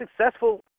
successful